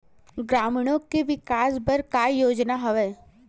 ग्रामीणों के विकास बर का योजना हवय?